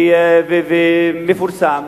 ומפורסם,